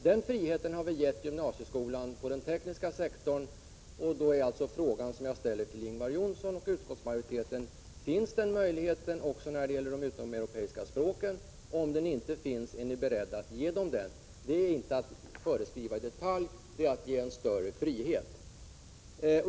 Den friheten har vi gett den tekniska sektorn inom gymnasieskolan, och den fråga jag ställer till Ingvar Johnsson och till utskottsmajoriteten är: Finns den möjligheten också när det gäller de utomeuropeiska språken? Om inte, är ni beredda att ge gymnasieskolan denna möjlighet? Detta är inte att föreskriva i detalj. Det är att ge en större frihet.